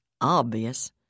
obvious